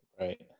right